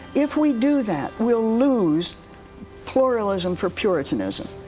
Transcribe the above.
if we do that, we'll lose pluralism for puritanism.